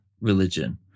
religion